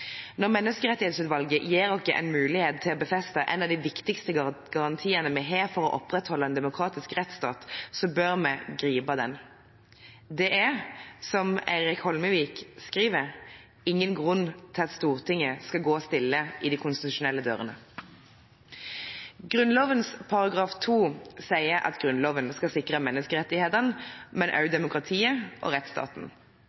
Når Menneskerettighetsutvalget gir oss en mulighet til å befeste en av de viktigste garantiene vi har for å opprettholde en demokratisk rettsstat, bør vi gripe den. Det er, som Eirik Holmøyvik skriver, ingen grunn til at Stortinget skal «gå stille i dei konstitusjonelle dørene». Grunnloven § 2 sier at Grunnloven skal sikre menneskerettighetene, men også demokratiet og rettsstaten.